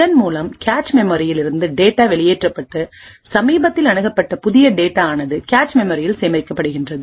இதன் மூலம்கேச் மெமரியில் இருந்துடேட்டா வெளியேற்றப்பட்டு சமீபத்தில் அணுகப்பட்ட புதிய டேட்டா ஆனதுகேச் மெமரியில் சேமிக்கப்படுகிறது